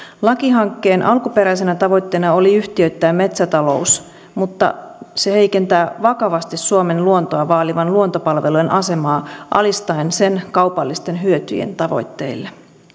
lakihankkeen alkuperäisenä tavoitteena oli yhtiöittää metsätalous mutta se heikentää vakavasti suomen luontoa vaalivan luontopalvelujen asemaa alistaen sen kaupallisten hyötyjen tavoitteille